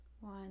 One